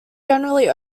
generally